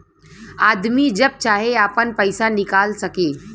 आदमी जब चाहे आपन पइसा निकाल सके